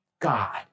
God